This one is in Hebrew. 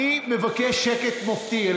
אני מבקש שקט מופתי.